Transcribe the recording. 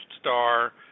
star